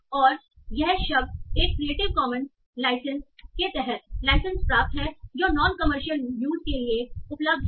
और यह शब्द एक क्रिएटिव कॉमन्स लाइसेंस के तहत लाइसेंस प्राप्त है जो नॉन कमर्शियल यूज के लिए उपलब्ध है